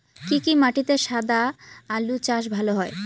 কি কি মাটিতে সাদা আলু চাষ ভালো হয়?